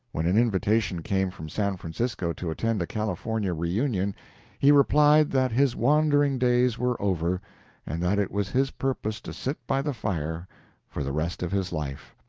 when an invitation came from san francisco to attend a california reunion he replied that his wandering days were over and that it was his purpose to sit by the fire for the rest of his life.